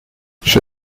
she